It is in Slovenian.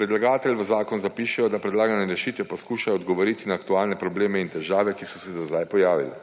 Predlagatelji v zakon zapišejo, da predlagane rešitve poskušajo odgovoriti na aktualne probleme in težave, ki so se do zdaj pojavile.